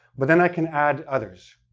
but then i can add others.